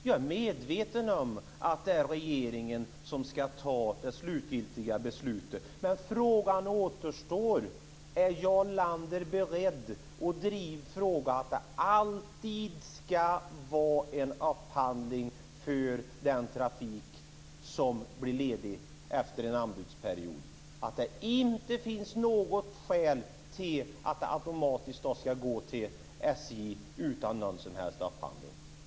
Jag är medveten om att det är regeringen som ska ta det slutgiltiga beslutet när det gäller SJ:s trafikeringsrätt. Men frågan återstår: Är Jarl Lander beredd att driva att det alltid ska ske en upphandling efter en anbudsperiod och att trafiken inte automatiskt ska gå till SJ utan någon som helst upphandling?